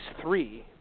three